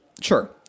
Sure